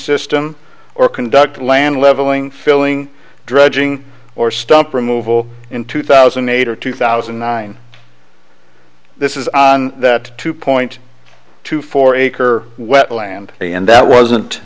system or conduct land leveling filling dredging or stump removal in two thousand and eight or two thousand and nine this is on that two point two four acre wetland and that wasn't